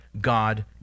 God